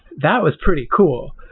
that was pretty cool.